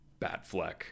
Batfleck